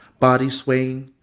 body swaying,